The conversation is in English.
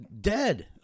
dead